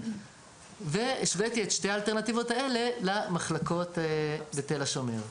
והשוויתי את שתי האלטרנטיבות האלה למחלקות בתל השומר,